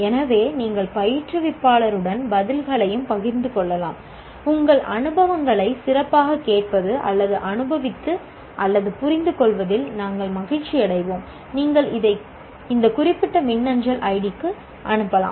எனவே நீங்கள் பயிற்றுவிப்பாளருடன் பதில்களையும் பகிர்ந்து கொள்ளலாம் உங்கள் அனுபவங்களை சிறப்பாகக் கேட்பது அல்லது அனுபவிப்பது அல்லது புரிந்துகொள்வதில் நாங்கள் மகிழ்ச்சியடைவோம் நீங்கள் அதை இந்த குறிப்பிட்ட மின்னஞ்சல் ஐடிக்கு அனுப்பலாம்